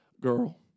Girl